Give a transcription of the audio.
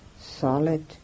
solid